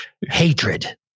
hatred